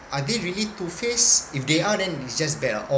are they really two faced if they are then it's just bad lah